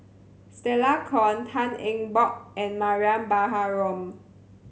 Stella Kon Tan Eng Bock and Mariam Baharom